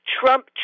Trump